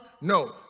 No